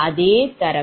அதே தரவு